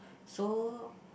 so